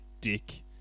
dick